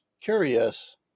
curious